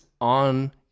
on